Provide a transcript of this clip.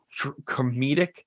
comedic